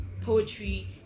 poetry